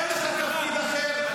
אין לך תפקיד אחר,